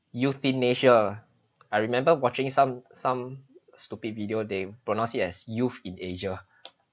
euthanasia I remember watching some some stupid video they pronounce it as youth in asia